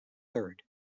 third